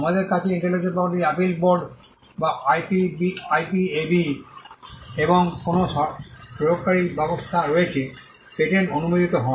আমাদের কাছে intellectual property appeal board বা আইপিএবি এবং কোনও প্রয়োগকারী ব্যবস্থা রয়েছে পেটেন্ট অনুমোদিত হয়